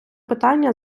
питання